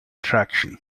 traction